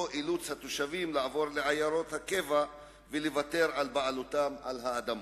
אילוץ התושבים לעבור לעיירות הקבע ולוותר על בעלותם על האדמה.